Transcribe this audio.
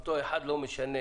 אותו אחד לא משנה